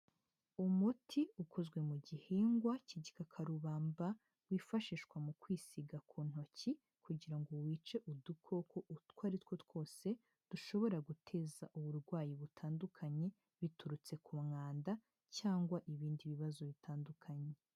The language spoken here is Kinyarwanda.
Umuti ukozwe mu gihingwa k'igikakarubamba wifashishwa mu kwisiga ku ntoki kugira ngo wice udukoko utwo ari two twose, dushobora guteza uburwayi butandukanye, biturutse ku mwanda cyangwa ibindi bibazo bitandukanye.